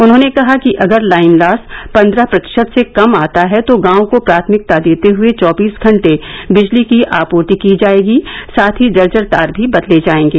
उन्होंने कहा कि अगर लाइन लॉस पंद्रह प्रतिशत से कम आता है तो गांव को प्राथमिकता देते हए चौबीस घंटे बिजली की आपूर्ति की जाएगी साथ ही जर्जर तार भी बदले जाएंगे